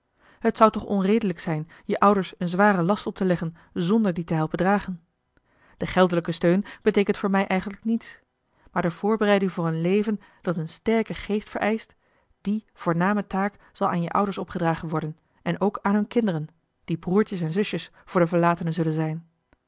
het zou toch onredelijk zijn je ouders een zwaren last op te leggen zonder dien te helpen dragen de geldelijke steun beteekent voor mij eigenlijk niets maar de voorbereiding voor een leven dat een sterken geest vereischt die voorname taak zal aan je ouders opgedragen worden en ook aan hun kinderen die broertjes en zusjes voor de verlatene zullen zijn